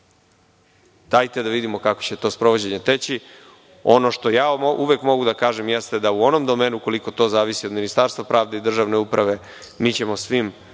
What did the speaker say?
dajte da vidimo kako će to sprovođenje teći. Ono što ja uvek mogu da kažem jeste da u onom domenu koliko to zavisi od Ministarstva pravde i državne uprave, mi ćemo svim